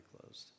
closed